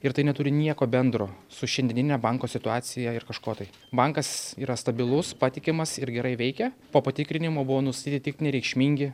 ir tai neturi nieko bendro su šiandienine banko situacija ir kažko tai bankas yra stabilus patikimas ir gerai veikia po patikrinimo buvo nustatyti tik nereikšmingi